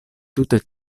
tute